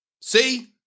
See